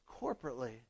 corporately